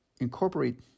incorporate